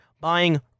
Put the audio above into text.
buying